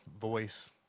voice